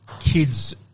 kids